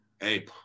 Hey